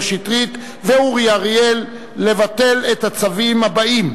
שטרית ואורי אריאל לבטל את הצווים הבאים: